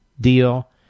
deal